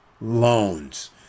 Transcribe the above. loans